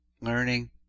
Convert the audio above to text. learning